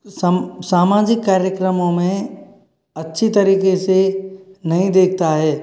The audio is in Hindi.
सम सामाजिक कार्यक्रमों में अच्छी तरीके से नहीं देखता है